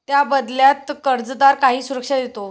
त्या बदल्यात कर्जदार काही सुरक्षा देतो